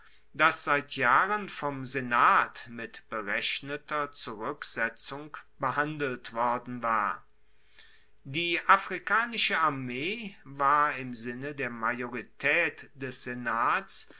das seit jahren vom senat mit berechneter zuruecksetzung behandelt worden war die afrikanische armee war im sinne der majoritaet des senats